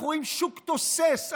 אנחנו רואים שוק תוסס,